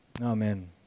Amen